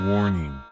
Warning